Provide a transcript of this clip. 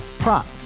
Prop